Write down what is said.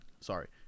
sorry